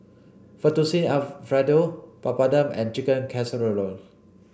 Fettuccine Alfredo Papadum and Chicken Casserole